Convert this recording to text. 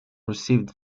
received